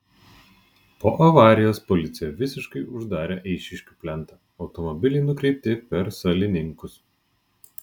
po avarijos policija visiškai uždarė eišiškių plentą automobiliai nukreipti per salininkus